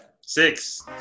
Six